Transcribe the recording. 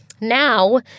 Now